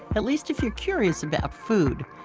at least if you're curious about food.